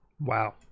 wow